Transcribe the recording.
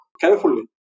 carefully